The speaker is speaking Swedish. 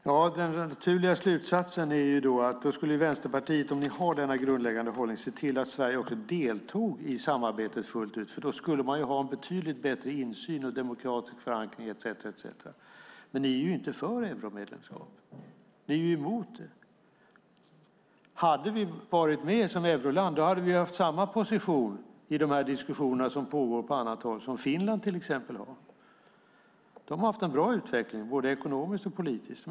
Herr talman! Den naturliga slutsatsen är att då skulle Vänsterpartiet, om ni har denna grundläggande hållning, se till att Sverige också deltog i samarbetet fullt ut. Då skulle man ha betydligt bättre insyn, demokratisk förankring etcetera. Men ni är ju inte för euromedlemskap. Ni är ju emot det. Hade vi varit med som euroland hade vi haft samma position i de här diskussionerna som pågår på annat håll som till exempel Finland har. De har haft en bra utveckling, både ekonomiskt och politiskt.